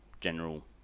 general